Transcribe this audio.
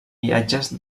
viatges